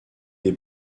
des